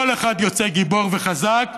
כל אחד יוצא גיבור וחזק,